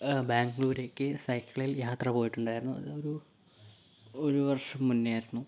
ബാംഗ്ലൂരേക്ക് സൈക്കിളിൽ യാത്ര പോയിട്ടുണ്ടായിരുന്നു അതൊരു ഒരു വർഷം മുന്നേയായിരുന്നു